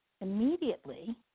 immediately